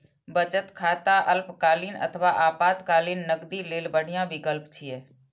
बचत खाता अल्पकालीन अथवा आपातकालीन नकदी लेल बढ़िया विकल्प छियै